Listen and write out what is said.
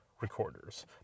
recorders